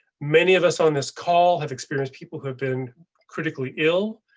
many of us on this call have experienced people have been critically ill.